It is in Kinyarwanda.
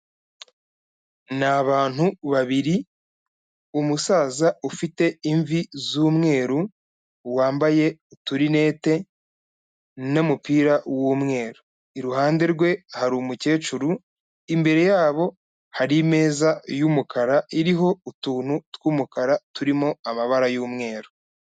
Ni abantu babiri, umusaza ufite imvi z'umweru, wambaye uturinete n'umupira w'umweru, iruhande rwe hari umukecuru, imbere yabo hari imeza y'umukara, iriho utuntu tw'umukara turimo amabara y'umweru.